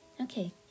Okay